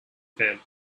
fan